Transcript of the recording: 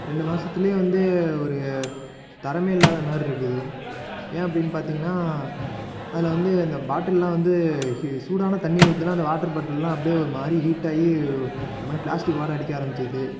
ரெண்டு மாதத்துலையே வந்து ஒரு தரமே இல்லாதமாதிரி இருக்குது ஏன் அப்படின்னு பார்த்திங்கன்னா அதில் வந்து அந்த பாட்டில்லாம் வந்து சூடான தண்ணி ஊற்றுனா அந்த வாட்டர் பாட்டல்லாம் அப்படியே ஒருமாதிரி ஹீட் ஆகி ஒருமாதிரி பிளாஸ்டிக் வாடை அடிக்க ஆரம்பிச்சிருது